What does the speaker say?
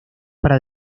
para